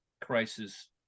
crisis